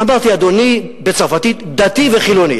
אמרתי בצרפתית: אדוני דתי וחילוני.